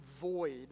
void